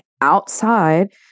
outside